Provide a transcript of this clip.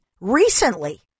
recently